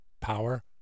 power